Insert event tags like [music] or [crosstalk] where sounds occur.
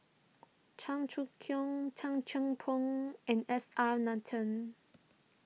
Cheong Choong Kong Tan Cheng [unintelligible] and S R Nathan